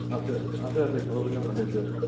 আছে আছে আছে ঘৰৰ পিনে ভালেই দিয়া চব